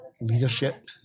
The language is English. leadership